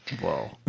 Whoa